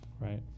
Right